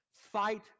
fight